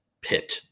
pit